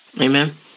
amen